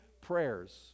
prayers